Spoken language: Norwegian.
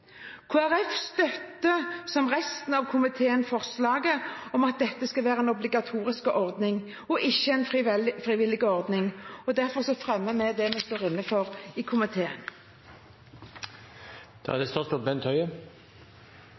støtter, som resten av komiteen, forslaget om at dette skal være en obligatorisk og ikke en frivillig ordning. Derfor støtter vi innstillingen fra komiteen. Lovforslaget som Stortinget behandler i